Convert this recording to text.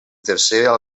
tercera